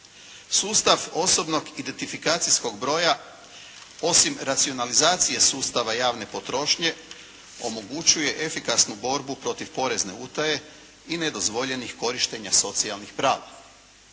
Sustav osobnog identifikacijskog broja osim racionalizacije sustava javne potrošnje omogućuje efikasnu borbu protiv porezne utaje i nedozvoljenih korištenja socijalnih prava.